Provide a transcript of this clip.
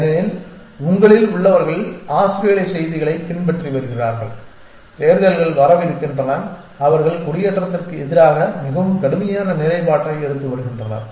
ஏனெனில் உங்களில் உள்ளவர்கள் ஆஸ்திரேலிய செய்திகளைப் பின்பற்றி வருகிறார்கள் தேர்தல்கள் வரவிருக்கின்றன அவர்கள் குடியேற்றத்திற்கு எதிராக மிகவும் கடுமையான நிலைப்பாட்டை எடுத்து வருகின்றனர்